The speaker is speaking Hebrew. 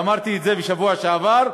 ואמרתי את זה בשבוע שעבר,